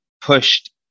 pushed